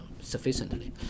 sufficiently